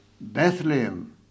Bethlehem